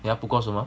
yeah 不过什么